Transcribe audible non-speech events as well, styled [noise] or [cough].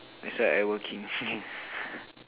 that's why I working [laughs]